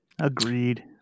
Agreed